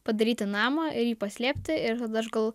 padaryti namą ir jį paslėpti ir tada aš gal